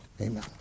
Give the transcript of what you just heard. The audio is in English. Amen